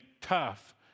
tough